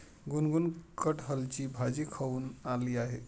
गुनगुन कठहलची भाजी खाऊन आली आहे